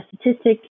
statistic